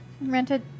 Rented